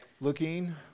looking